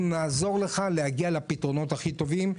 אנחנו נעזור לך להגיע לפתרונות הכי טובים.